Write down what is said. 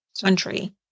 country